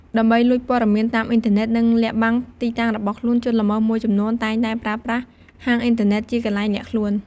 ដើម្បី លួចព័ត៌មានតាមអ៊ីនធឺណិត និង លាក់បាំងទីតាំង របស់ខ្លួន ជនល្មើស មួយចំនួនតែងតែប្រើប្រាស់ ហាងអ៊ីនធឺណិតជាកន្លែងលាក់ខ្លួន។